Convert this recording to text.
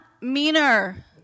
meaner